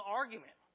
argument